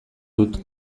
dut